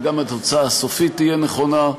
וגם התוצאה הסופית תהיה נכונה,